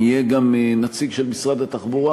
יהיה גם נציג של משרד התחבורה,